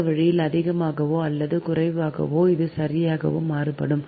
இந்த வழியில் அதிகமாகவோ அல்லது குறைவாகவோ அது சரியாக மாறுபடும்